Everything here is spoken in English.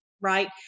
Right